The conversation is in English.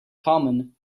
common